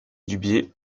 dubié